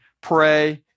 pray